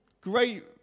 Great